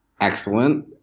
Excellent